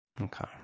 Okay